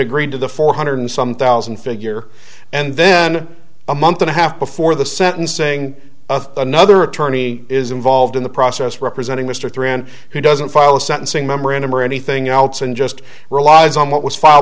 agreed to the four hundred some thousand figure and then a month and a half before the sentencing another attorney is involved in the process representing mr through and who doesn't file a sentencing memorandum or anything else and just relies on what was file